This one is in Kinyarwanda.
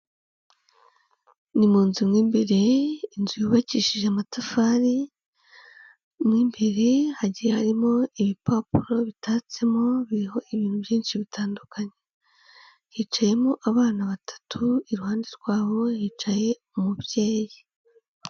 Ni mu nzu mo imbere, inzu yubakishije amatafari, mo imbere hagiye harimo ibipapuro bitatsemo biriho ibintu byinshi bitandukanye, hicayemo abana batatu, iruhande rwaho hicaye umubyeyi.